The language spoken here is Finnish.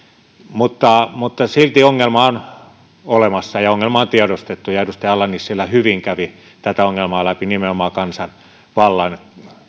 mutta mutta silti ongelma on olemassa ja ongelma on tiedostettu ja edustaja ala nissilä hyvin kävi tätä ongelmaa läpi nimenomaan kansanvallan osalta